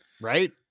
Right